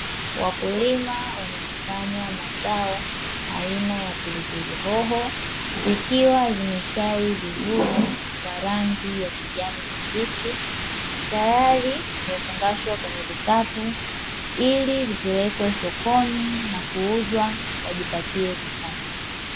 Wakulima wamekusanya mazao aina ya pilipili hoho, zikiwa zimesitawi vizuri kwa rangi ya kijani kibichi, tayari zimefungashwa kwenye vikapu, ili vipelekwe sokoni na kuuzwa wajipatie kipato.